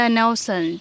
Nelson